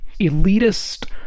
elitist